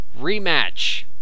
Rematch